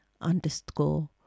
underscore